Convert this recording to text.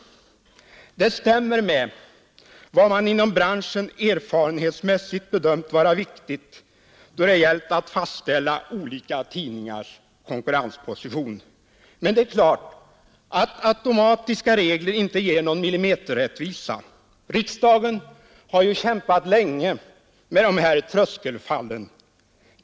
Det stämmer med vad man inom branschen erfarenhetsmässigt har bedömt vara riktigt då det har gällt att fastställa olika tidningars konkurrensposition. Men det är klart att automatiska regler inte ger någon millimeterrättvisa. Riksdagen har kämpat länge med tröskelfallen.